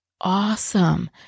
awesome